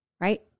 right